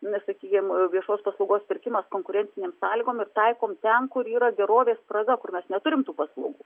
na sakykim viešos paslaugos pirkimas konkurencinėm sąlygom ir taikom ten kur yra gerovės spraga kur mes neturim tų paslaugų